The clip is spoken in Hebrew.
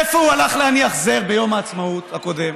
איפה הוא הלך להניח זר ביום העצמאות הקודם,